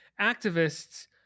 activists